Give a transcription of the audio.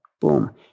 boom